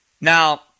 Now